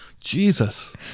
Jesus